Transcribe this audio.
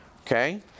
Okay